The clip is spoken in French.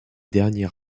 dernier